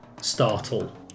startle